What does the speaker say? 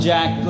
Jack